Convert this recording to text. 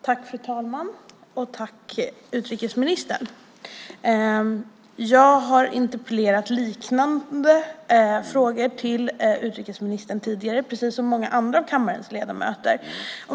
Fru talman! Tack utrikesministern! Jag har interpellerat utrikesministern tidigare när det gällt liknande frågor, precis som många andra av kammarens ledamöter.